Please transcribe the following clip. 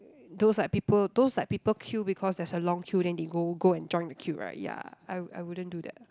those like people those like people queue because there's a long queue then they go go and join the queue right ya I I wouldn't do that lah